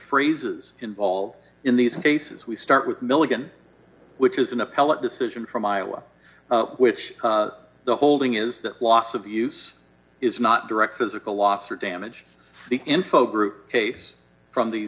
phrases involved in these cases we start with milligan which is an appellate decision from iowa which the holding is the loss of use is not direct physical loss or damage the info group case from the